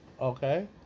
Okay